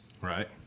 Right